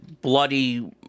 bloody